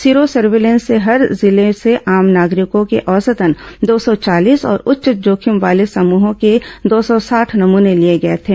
sero surveillance से हर जिले से आम नागरिकों के औसतन दो सौ चालीस और उच्च जोखिम वाले समूहों के दो सौ साठ नमूने लिए गए थे